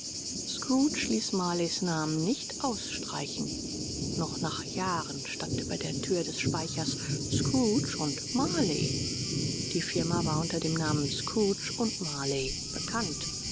scrooge ließ marleys namen nicht ausstreichen noch nach jahren stand über der thür des speichers scrooge und marley die firma war unter dem namen scrooge und marley bekannt